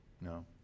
No